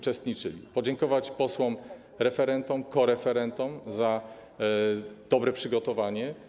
Chciałem podziękować posłom referentom, koreferentom za dobre przygotowanie.